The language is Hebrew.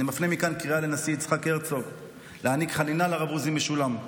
אני מפנה מכאן קריאה לנשיא יצחק הרצוג להעניק חנינה לרב עוזי משולם.